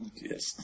Yes